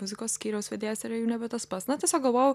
muzikos skyriaus vedėjas yra jau nebe tas pats na tiesiog galvojau